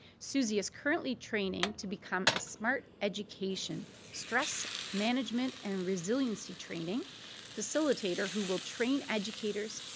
susie is currently training to become a smarteducation, stress management and resiliency training facilitator who will train educators,